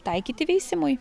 taikyti veisimui